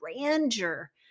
grandeur